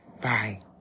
Bye